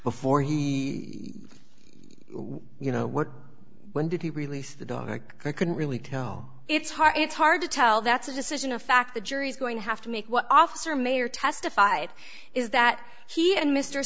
before he you know what when did he release the dog i couldn't really tell it's hard it's hard to tell that's a decision a fact the jury's going to have to make what officer may or testified is that he and mr